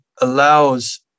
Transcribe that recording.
allows